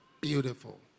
Beautiful